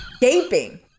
Gaping